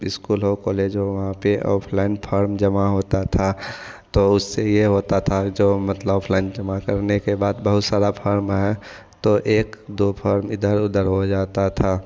school हो college हो वहां पे ऑफलाइन फार्म जमा होता था तो उसे ये होता था जो मतलब ऑफलाइन जमा करने के बाद बहुत सारा फार्म है तो एक दो फॉर्म इधर उधर हो जाता था